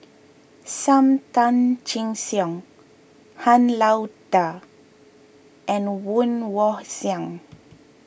Sam Tan Chin Siong Han Lao Da and Woon Wah Siang